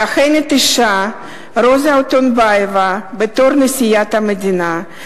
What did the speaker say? מכהנת אשה, רוזה אוטונבייבה, בתור נשיאת המדינה.